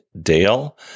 Dale